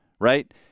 right